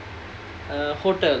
uh hotel